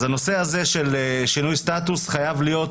הנושא הזה של שינוי סטטוס חייב להיות